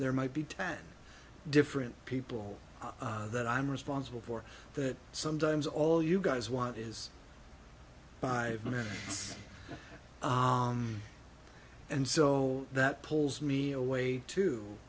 there might be ten different people that i'm responsible for that sometimes all you guys want is five minutes and so that pulls me away too